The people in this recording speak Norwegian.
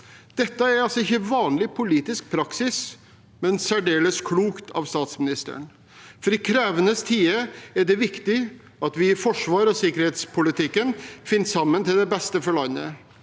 Dette er altså ikke vanlig politisk praksis, men særdeles klokt av statsministeren, for i krevende tider er det viktig at vi i forsvars- og sikkerhetspolitikken finner sammen til beste for landet.